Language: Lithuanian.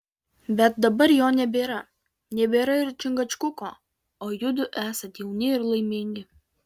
bet dabar jo nebėra nebėra ir čingačguko o judu esat jauni ir laimingi